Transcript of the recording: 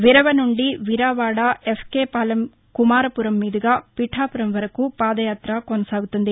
విరవ నుండి విరావాడ ఎఫ్కే పాలెం కుమారపురం మీదుగా పిఠాపురం వరకు పాదయాత కొనసాగుతుంది